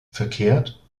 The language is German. verkehrt